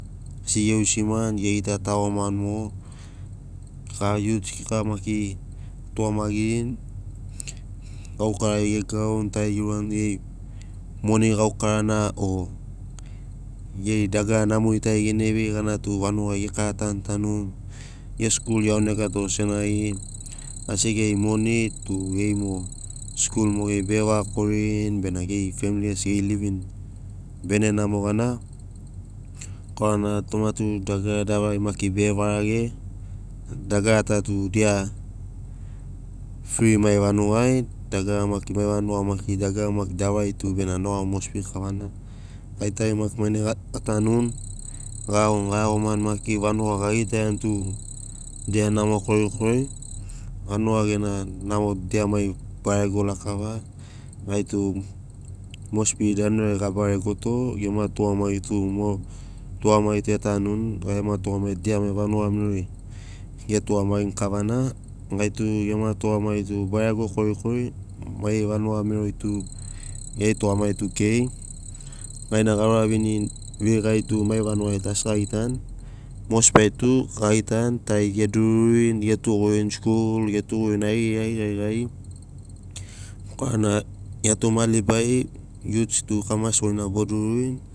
Asi ge iusimani ge gita tagomani mogo gai youths keka maki ga tugamagirini gaukarai ge gauni tari geurani tu geri moni gaukarana o geri dagara namori tari gene vei gana tu vanugai ge kara tanu tanuni ge skul iaunega to senagi asi geri moni tu geri mo skul mogeri bege vaga koririni bena geri femili gesi geri livin bene namo gana korana toma tu dagara davari maki mai vanugai maki bege varage dagarata tu dia fri mai vanugai dagara maki mai vanugai maki dagara maki davari tu bena noga mosbi kavana gai tari maki mainai ga tanuni ga iagoni ga iagomani maki vanuga ga gitaiani tu dia namo korikori vanuga gena namo dia mai barego lakava gaitu mosbi danuri ai ga baregoto. Gema tugamagi tu mo tugamagi tu e tanuni gai gema tugamagi tu dia mai vanuga merori ge tugamagini kavana gai tu gema tugamagi tu barego korikori mai vanuga merori tu geri tugamagi tu kei gaina ga uravinirini veigari tu mai vanugai tu asi gagitani mosbi ai tu gagitani tari ge dururini skul ge tugurini ai geri ai geri gari korana gia tu ma libari youths tu kamasi goi na bo dururini.